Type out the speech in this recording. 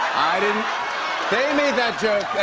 i didn't they made that joke.